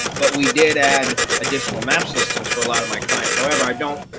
but we did add additional maps listings for a lot of my clients. however, i don't,